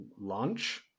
launch